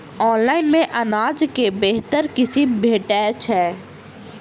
Online मे अनाज केँ बेहतर किसिम भेटय छै?